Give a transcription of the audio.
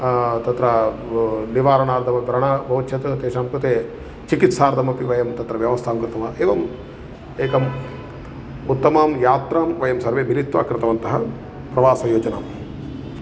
तत्र निवारणार्थं व्रणः भवति चेत् तेषां कृते चिकित्सार्थमपि वयं तत्र व्यवस्थां कृत्वा एवम् एकम् उत्तमां यात्राम् वयं सर्वे मिलित्वा कृतवन्तः प्रवासयोजनाम्